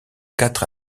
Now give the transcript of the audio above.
quatre